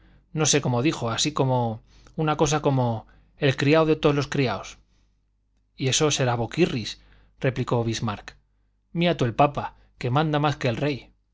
no sé cómo dijo así una cosa como el criao de toos los criaos eso será de boquirris replicó bismarck mia tú el papa que manda más que el rey